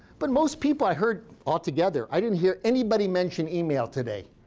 but most people i heard altogether i didn't hear anybody mention email today